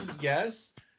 yes